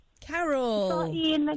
Carol